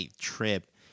trip